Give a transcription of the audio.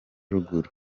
ruguru